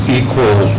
equal